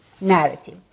narrative